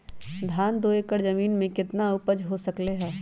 धान दो एकर जमीन में कितना उपज हो सकलेय ह?